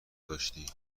داشتی